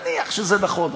נניח שזה נכון אפילו.